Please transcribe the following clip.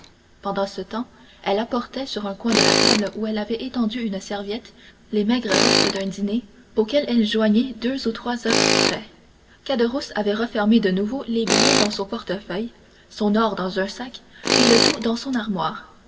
pendant ce temps elle apportait sur un coin de la table où elle avait étendu une serviette les maigres restes d'un dîner auxquels elle joignit deux ou trois oeufs frais caderousse avait renfermé de nouveau les billets dans son portefeuille son or dans un sac et le tout dans son armoire